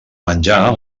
menjar